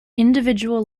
individual